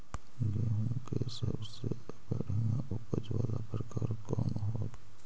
गेंहूम के सबसे बढ़िया उपज वाला प्रकार कौन हई?